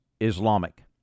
Islamic